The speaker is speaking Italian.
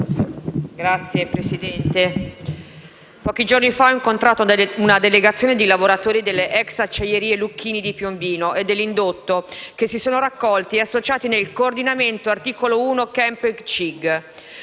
Signora Presidente, pochi giorni fa ho incontrato una delegazione di lavoratori delle ex Acciaierie Lucchini di Piombino e dell'indotto che si sono raccolti e associati nel Coordinamento articolo 1 - Camping CIG.